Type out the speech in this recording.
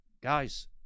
Guys